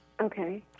Okay